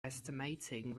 estimating